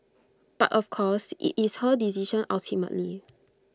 but of course IT is her decision ultimately